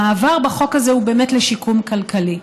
המעבר בחוק הזה הוא לשיקום כלכלי.